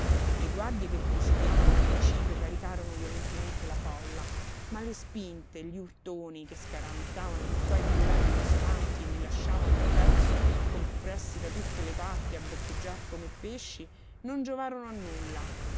le guardie che presidiavano il municipio caricarono violentemente la folla ma le spinte gli urtoni che scaraventavano di qua e di là i dimostranti e li lasciavano un pezzo compressi da tutte le parti a boccheggiar come pesci non giovarono a nulla